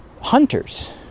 hunters